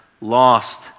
lost